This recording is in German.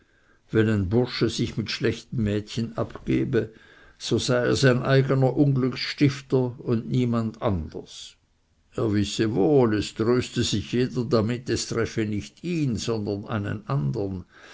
wenn ein bursche sich mit schlechten mädchen abgebe so sei er sein eigener unglücksstifter und niemand anders er wisse wohl es tröste sich jeder damit es treffe ihn nicht sondern einen andern